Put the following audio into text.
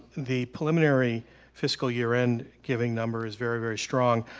the preliminary fiscal year-end giving number is very very strong.